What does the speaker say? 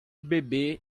bebê